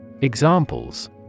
Examples